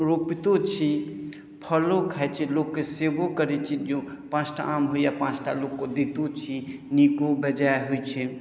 रोपितो छी फलो खाइत छी लोकके सेवो करैत छी पाँच टा आम होइए पाँच टा लोकके दैतो छी नीको बेजाए होइत छै